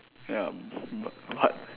ya b~ but